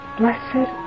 blessed